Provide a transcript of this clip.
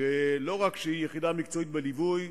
שלא רק שהיא יחידה מקצועית בליווי,